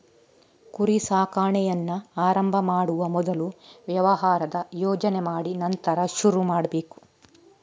ಕುರಿ ಸಾಕಾಣೆಯನ್ನ ಆರಂಭ ಮಾಡುವ ಮೊದಲು ವ್ಯವಹಾರದ ಯೋಜನೆ ಮಾಡಿ ನಂತರ ಶುರು ಮಾಡ್ಬೇಕು